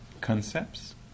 concepts